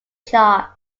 chart